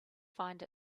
find